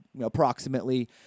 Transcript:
approximately